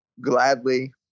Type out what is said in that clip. gladly